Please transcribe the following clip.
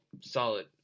solid